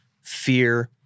fear